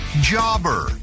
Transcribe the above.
Jobber